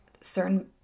certain